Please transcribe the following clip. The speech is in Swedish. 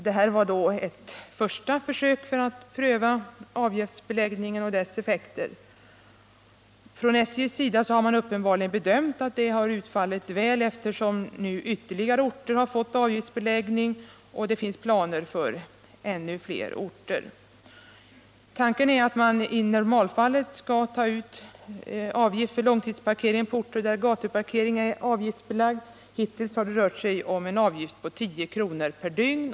Det här var ett första försök att pröva avgiftsbeläggningen och dess effekter. Från SJ:s sida har man uppenbarligen bedömt att det har utfallit väl, eftersom avgiftsbeläggning har införts på ytterligare orter och det finns planer för sådan på ännu fler orter. Tanken är att man i normalfallet skall ta ut avgift för långtidsparkering på orter där gatuparkering är avgiftsbelagd. Hittills har det rört sig om en avgift på 10 kr. per dygn.